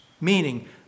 Meaning